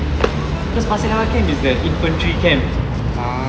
cause pasir laba camp is the infantry camp